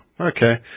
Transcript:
okay